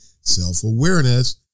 self-awareness